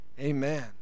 Amen